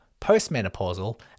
postmenopausal